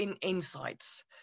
insights